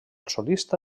solista